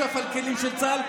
חסרת אחריות שכמותך.